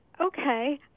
okay